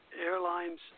airline's